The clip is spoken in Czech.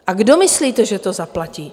A kdo myslíte, že to zaplatí?